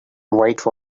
white